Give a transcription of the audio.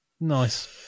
Nice